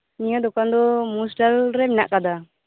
ᱱᱤᱭᱟᱹ ᱫᱚᱠᱟᱱ ᱫᱚ ᱢᱚᱦᱤᱥᱰᱷᱟᱞ ᱨᱮ ᱢᱮᱱᱟᱜ ᱟᱠᱟᱫᱟ